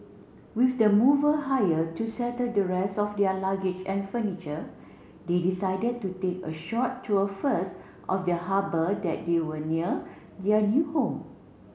with the mover hired to settle the rest of their luggage and furniture they decided to take a short tour first of the harbour that they were near their new home